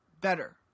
better